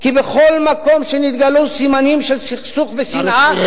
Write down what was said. כי בכל מקום שנתגלו סימנים של סכסוך ושנאה,